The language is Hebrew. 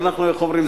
ואנחנו, איך אומרים?